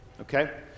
okay